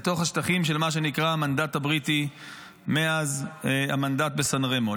לתוך השטחים של מה שנקרא המנדט הבריטי מאז המנדט בסן רמו.